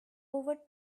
over